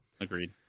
Agreed